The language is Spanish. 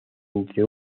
entre